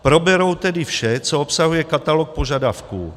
Proberou tedy vše, co obsahuje katalog požadavků.